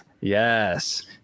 Yes